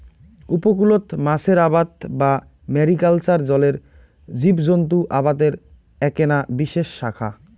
উপকূলত মাছের আবাদ বা ম্যারিকালচার জলের জীবজন্ত আবাদের এ্যাকনা বিশেষ শাখা